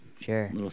Sure